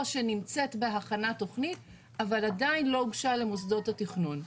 שנמצא בהכנת תוכנית אבל עדיין לא הוגשה למוסדות התכנון.